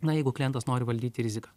na jeigu klientas nori valdyti riziką